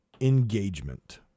engagement